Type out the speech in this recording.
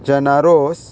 चणा रोस